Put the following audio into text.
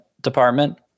department